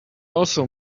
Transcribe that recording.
also